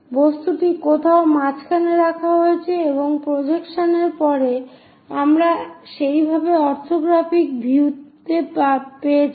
বস্তুটি কোথাও মাঝখানে রাখা হয়েছে এবং প্রজেক্শনের পরে আমরা সেইভাবে অর্থোগ্রাফিক ভিউ পেয়েছি